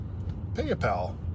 PayPal